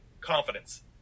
confidence